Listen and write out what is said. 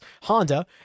Honda